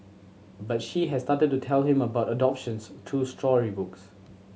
but she has started to tell him about adoptions through storybooks